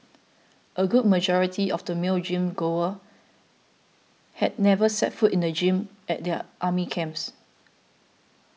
a good majority of these male gym goers had never set foot in the gym at their army camps